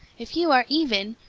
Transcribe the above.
if you are even,